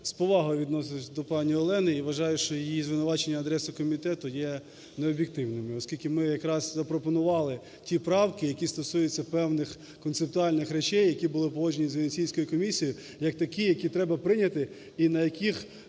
з повагою відношуся до пані Олени і вважаю, що її звинувачення в адрес комітету є необ'єктивними. Оскільки ми якраз запропонували ті правки, які стосуються певних концептуальних речей, які були погоджені з Венеційською комісією як такі, які треба прийняти і на яких